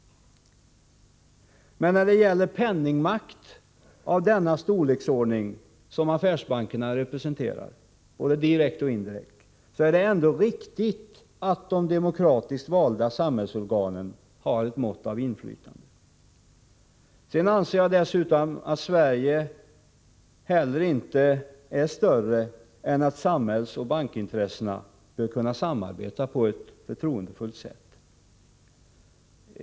Men när det gäller penningmakt av den storleksordning som affärsbankerna representerar, både direkt och indirekt, är det ändå riktigt att de demokratiskt valda samhällsorganen har ett mått av inflytande. Dessutom är Sverige inte större än att samhällsoch bankintressena bör kunna samarbeta på ett förtroendefullt sätt.